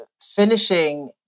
finishing